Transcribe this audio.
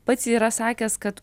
pats yra sakęs kad